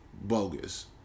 bogus